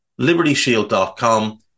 libertyshield.com